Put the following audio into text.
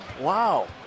Wow